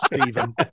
Stephen